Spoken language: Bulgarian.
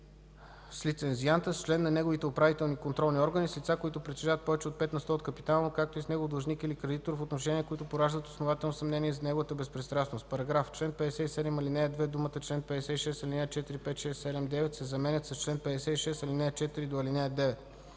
с лицензианта, с член на неговите управителни и контролни органи, с лица, които притежават повече от 5 на сто от капитала му, както и с негов длъжник или кредитор, в отношения, които пораждат основателно съмнение за неговата безпристрастност.” §... В чл. 57, ал. 2 думите „чл. 56, ал. 4, 5, 6 ,7, 9“ се заменят с „чл. 56, ал. 4 – ал. 9”.